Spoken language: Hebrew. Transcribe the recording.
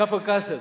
כפר-קאסם,